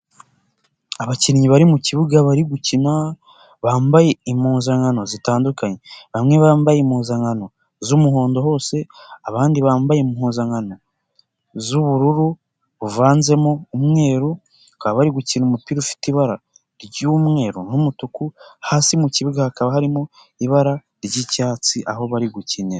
Abakinnyi bari mu kibuga bari gukina, bambaye impuzankano zitandukanye, bamwe bambaye impuzankano z'umuhondo hose, abandi bambaye impuzankano z'ubururu, buvanzemo umweru bakaba bari gukina umupira ufite ibara ry'umweru n'umutuku, hasi mu kibuga hakaba harimo ibara ry'icyatsi aho bari gukinira.